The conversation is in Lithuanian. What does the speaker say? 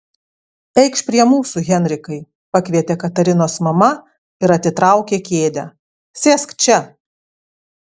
eikš prie mūsų henrikai pakvietė katarinos mama ir atitraukė kėdę sėsk čia